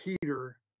Peter